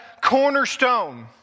cornerstone